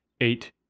eight